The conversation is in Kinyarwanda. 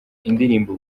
indirimbo